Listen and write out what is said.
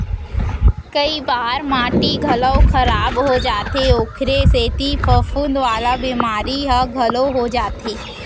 कई बार माटी घलौ खराब हो जाथे ओकरे सेती फफूंद वाला बेमारी ह घलौ हो जाथे